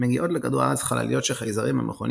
מגיעות לכדור הארץ חלליות של חייזרים המכונים